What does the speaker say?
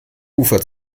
ufer